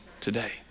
today